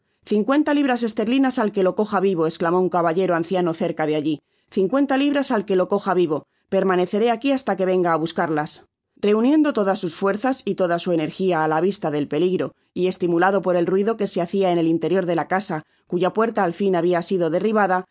cincuenta libras esterlinas al que lo coja vivo esclamó un caballero anciano cerca de alli cincuenta libras al que lo coja vivo permaneceré aqui hasta que vengaá buscarlas reuniendo todas sus fuerzas y toda su energia á la vista del peligro y estimulado por el ruido que se hacia en el interior de la casa cuya puerta al fin habia sido derribada pasó